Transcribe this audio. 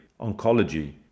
oncology